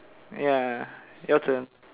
ya your turn